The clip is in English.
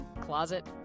closet